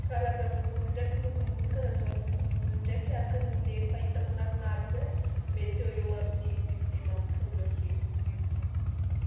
Karazam-bolo ndraiky lokom-bolo karazagna lokom-bolo ndraiky araka an'le efa hitako naronaro zay mety eo ho eo amin'ny dimidimampolo ake.